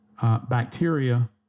bacteria